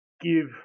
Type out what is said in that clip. give